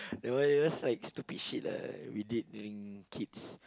that one it was like stupid shit lah we did in kids